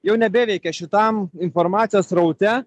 jau nebeveikia šitam informacijos sraute